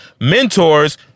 mentors